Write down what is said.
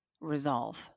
resolve